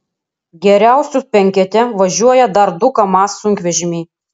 geriausių penkete važiuoja dar du kamaz sunkvežimiai